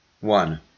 One